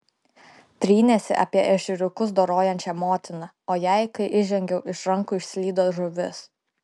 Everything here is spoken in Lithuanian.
trynėsi apie ešeriukus dorojančią motiną o jai kai įžengiau iš rankų išslydo žuvis